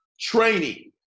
training